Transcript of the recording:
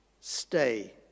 Stay